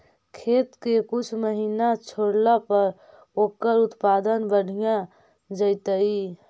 खेत के कुछ महिना छोड़ला पर ओकर उत्पादन बढ़िया जैतइ?